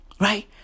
right